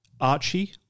Archie